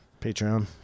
Patreon